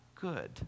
Good